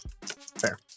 Fair